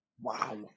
wow